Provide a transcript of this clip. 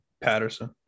Patterson